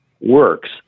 works